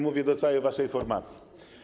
Mówię do całej waszej formacji.